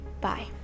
Bye